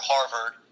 Harvard